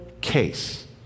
case